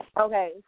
Okay